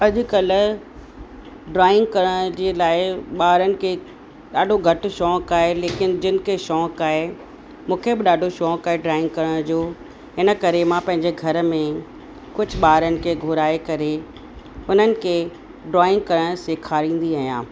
अॼुकल्ह ड्रॉइंग करण जे लाइ ॿारनि खे ॾाढो घटि शौक़ु आहे लेकिनि जिनि खे शौक़ु आहे मूंखे बि ॾाढो शौक़ु आहे ड्रॉइंग करण जो इनकरे मां पंहिंजे घर में कुझु ॿारनि खे घुराए करे उन्हनि खे ड्रॉइंग करण सेखारींदी आहियां